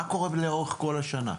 מה קורה לאורך כל השנה?